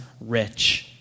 rich